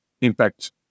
impact